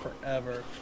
forever